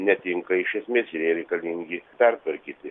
netinka iš esmės ir jie reikalingi pertvarkyti